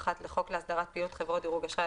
לחוק להסדרת פעילות חברות דירוג אשראי,